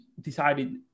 decided